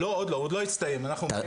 פרטיות: